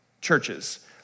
churches